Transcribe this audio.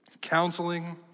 Counseling